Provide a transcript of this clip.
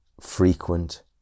frequent